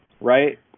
right